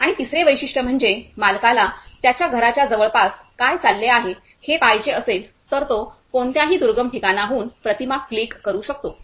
आणि तिसरे वैशिष्ट्य म्हणजे मालकाला त्याच्या घराच्या जवळपास काय चालले आहे हे पहायचे असेल तर तो कोणत्याही दुर्गम ठिकाणाहून प्रतिमा क्लिक करू शकतो